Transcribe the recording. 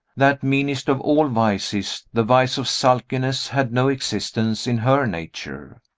that meanest of all vices, the vice of sulkiness, had no existence in her nature.